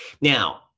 Now